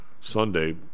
Sunday